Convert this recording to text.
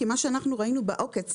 כי מה שראינו בעוקץ